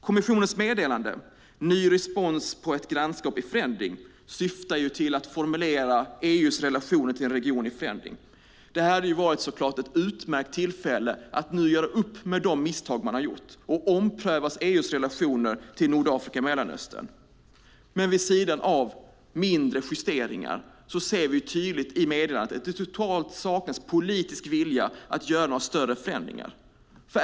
Kommissionens meddelande Ny respons på ett grannskap i förändring syftar till att formulera EU:s relationer till en region i förändring. Detta hade så klart varit ett utmärkt tillfälle att göra upp med de misstag man har gjort och ompröva EU:s relationer till Nordafrika och Mellanöstern. Men vid sidan av mindre justeringar ser vi tydligt i meddelandet att det totalt saknas politisk vilja att göra några större förändringar.